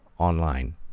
online